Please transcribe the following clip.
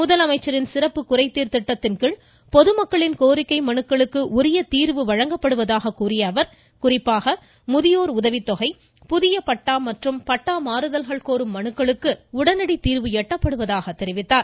முதலமைச்சரின் சிறப்பு குறைதீர் திட்டத்தின்கீழ் பொதுமக்களின் கோரிக்கை மனுக்களுக்கு உரிய தீர்வு வழங்கப்படுவதாக கூறிய அவர் குறிப்பாக முதியோர் உதவித் தொகை புதிய பட்டா மற்றும் பட்டா மாறுதல்கள் கோரும் மனுக்களுக்கு உடனடி தீர்வு எட்டப்படுவதாக தெரிவித்தார்